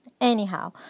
anyhow